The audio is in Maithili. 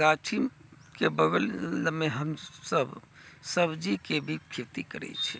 गाछीके बगलमे हमसब सब्जीके भी खेती करैत छी